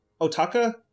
Otaka